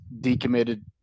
decommitted